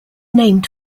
named